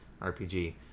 RPG